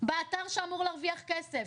באתר שאמור להרוויח כסף,